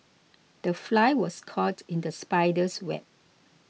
the fly was caught in the spider's web